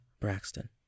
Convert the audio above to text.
Braxton